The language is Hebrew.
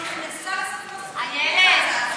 איילת,